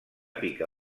pica